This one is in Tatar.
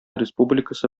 республикасы